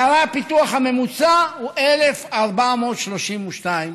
בערי הפיתוח הממוצע הוא 1,432 ש"ח.